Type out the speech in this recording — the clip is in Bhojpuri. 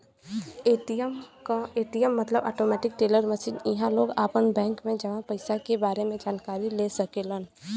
ए.टी.एम मतलब आटोमेटिक टेलर मशीन इहां लोग आपन बैंक में जमा पइसा क बारे में जानकारी ले सकलन